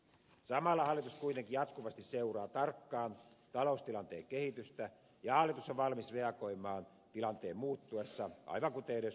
samalla hallitus kuitenkin jatkuvasti seuraa tarkkaan taloustilanteen kehitystä ja hallitus on valmis reagoimaan tilanteen muuttuessa aivan kuten eduskunta on edellyttänyt